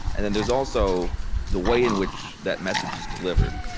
and then there's also the way in which that message is delivered.